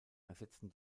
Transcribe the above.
ersetzten